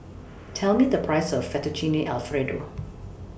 Tell Me The Price of Fettuccine Alfredo